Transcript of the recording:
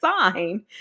sign